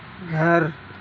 گھر